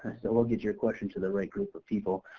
so we'll get your question to the right group of people.